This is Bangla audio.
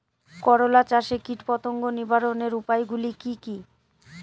করলা চাষে কীটপতঙ্গ নিবারণের উপায়গুলি কি কী?